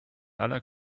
aller